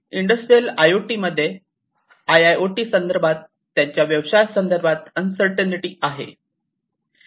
industrial IoT मध्ये IIoT संदर्भात त्याच्या व्यवसाया संदर्भात अन्सरटीनीटी आहे